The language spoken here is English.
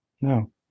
No